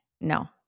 No